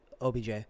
OBJ